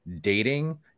dating